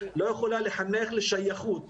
לא יכולה לחנך לשייכות,